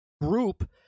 group